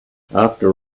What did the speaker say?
after